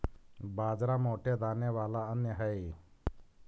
बाजरा मोटे दाने वाला अन्य हई